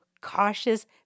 cautious